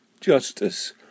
justice